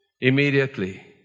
immediately